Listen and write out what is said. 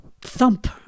thump